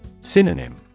Synonym